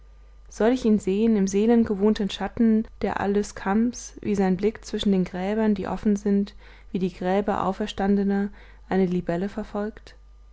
soll ich ihn sehen im seelengewohnten schatten der allyscamps wie sein blick zwischen den gräbern die offen sind wie die gräber auferstandener eine libelle verfolgt